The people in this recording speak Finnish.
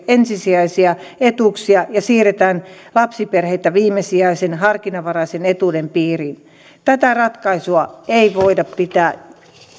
ensisijaisia etuuksia ja siirretään lapsiperheitä viimesijaisen harkinnanvaraisen etuuden piiriin tätä ratkaisua ei voida pitää